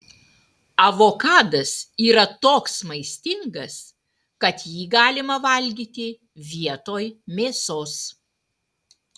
avokadas yra toks maistingas kad jį galima valgyti vietoj mėsos